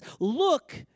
look